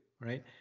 right